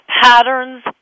patterns